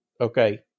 okay